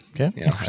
Okay